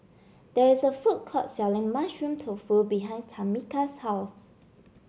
there is a food court selling Mushroom Tofu behind Tamika's house